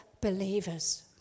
believers